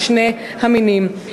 משני המינים.